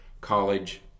college